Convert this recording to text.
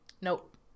Nope